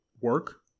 work